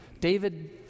David